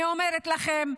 אני אומרת לכם,